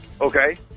okay